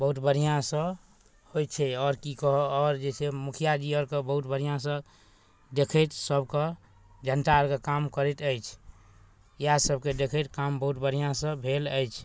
बहुत बढ़िआँसँ होइ छै आओर कि कहौँ आओर जे छै मुखिआजी आओरके बहुत बढ़िआँसँ देखैत सबके जनता आओरके काम करैत अछि इएहसबके देखैत काम बहुत बढ़िआँसँ भेल अछि